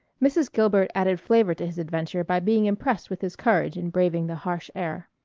mrs. gilbert added flavor to his adventure by being impressed with his courage in braving the harsh air.